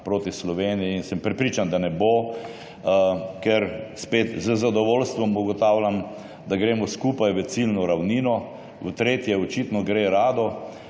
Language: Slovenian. proti Sloveniji in sem prepričan, da ne bo, ker spet z zadovoljstvom ugotavljam, da gremo skupaj v ciljno ravnino. V tretje očitno gre rado.